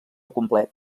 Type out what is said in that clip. complet